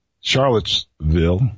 Charlottesville